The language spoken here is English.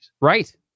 Right